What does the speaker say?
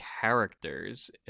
characters